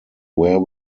where